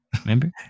Remember